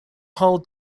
hall